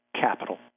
capital